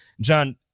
John